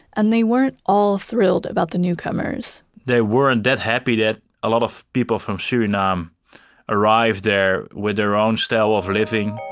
and they weren't all thrilled about the newcomers they weren't that happy that a lot of people from suriname arrived there with their own style of living,